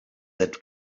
that